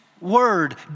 word